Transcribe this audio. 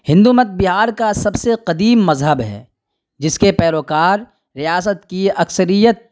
ہندومت بہار کا سب سے قدیم مذہب ہے جس کے پیروکار ریاست کی اکثریت